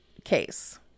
Case